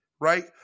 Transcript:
right